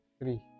three